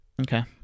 Okay